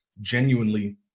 genuinely